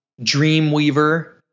Dreamweaver